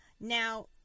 Now